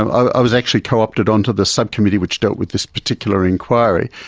i was actually co-opted onto the subcommittee which dealt with this particular inquiry.